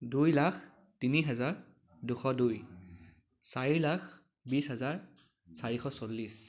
দুই লাখ তিনি হাজাৰ দুশ দুই চাৰি লাখ বিশ হাজাৰ চাৰিশ চল্লিছ